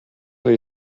they